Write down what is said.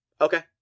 okay